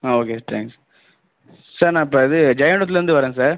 ஆ okay thanks sir நான் இப்போ இது ஜெயங்கொண்டத்துலேருந்து வரேன் சார்